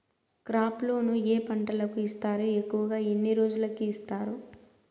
crop loan ఏ పంటలకు ఇస్తారు ఎక్కువగా ఎన్ని రోజులకి ఇస్తారు